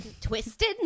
Twisted